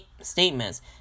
statements